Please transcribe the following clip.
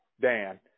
Dan